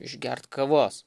išgert kavos